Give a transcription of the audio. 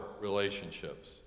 relationships